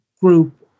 group